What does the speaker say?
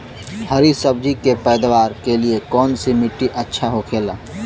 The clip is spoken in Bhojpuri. हरी सब्जी के पैदावार के लिए कौन सी मिट्टी अच्छा होखेला?